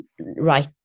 right